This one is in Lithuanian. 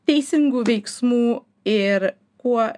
teisingų veiksmų ir kuo